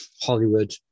Hollywood